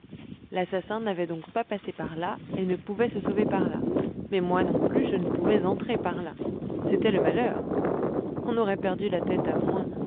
l'assassin n'avait donc pas passé par là et ne pouvait se sauver par là mais moi non plus je ne pouvais entrer par là c'était le malheur on aurait perdu la tête à moins